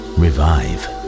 revive